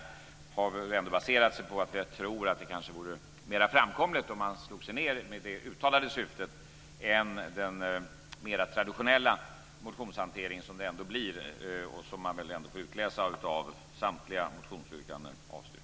Det har ändå baserats på att jag tror att det kanske vore mer framkomligt om man slog sig ned med det uttalade syfet jämfört med den mer traditionella motionshantering som det ändå blir fråga om, och som man väl ändå får utläsa av att samtliga motionsyrkanden avstyrks.